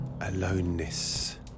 aloneness